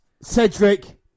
Cedric